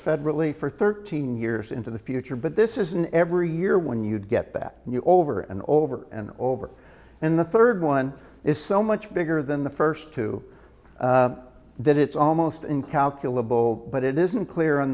federally for thirteen years into the future but this isn't every year when you get that new over and over and over and the third one is so much bigger than the first two that it's almost incalculable but it isn't clear on